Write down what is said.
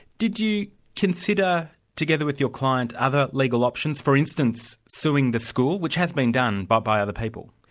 did you consider, together with your client, other legal options, for instance suing the school, which has been done by by other people?